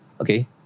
okay